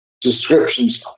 descriptions